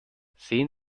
sehen